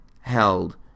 held